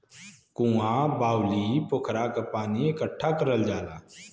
कुँआ, बाउली, पोखरा क पानी इकट्ठा करल जाला